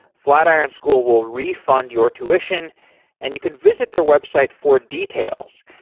flatiron school will refund your tuition and you can visit their website for details.